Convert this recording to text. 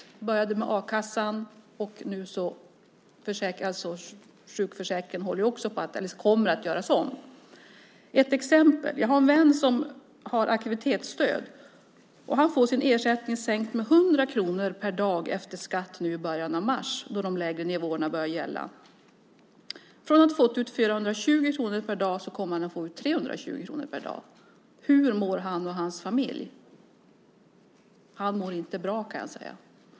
Det började med a-kassan, och nu kommer sjukförsäkringen att göras om. Jag har ett exempel. Jag har en vän som har aktivitetsstöd. Han får sin ersättning sänkt med 100 kronor per dag efter skatt i början av mars när de lägre nivåerna börjar gälla. Från att ha fått 420 kronor per dag kommer han att få 320 kronor per dag. Hur mår han och hans familj? Han mår inte bra, kan jag säga.